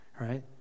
right